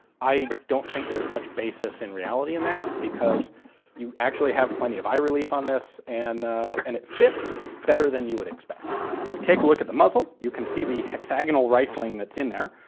i don't think there's much basis in reality in that, because you actually have plenty of eye relief on this and and it fits better than you would expect. now if we take a look at the muzzle, you can see the hexagonal rifling that's in there,